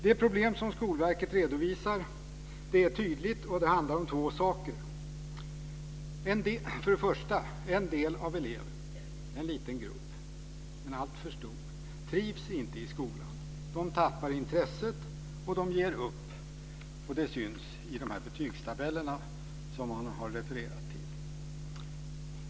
Det problem som Skolverket redovisar är tydligt, och det handlar om två saker. För det första är det en del av eleverna, en liten men alltför stor grupp, som inte trivs i skolan. De tappar intresset och ger upp. Det syns i de betygstabeller som man har refererat till.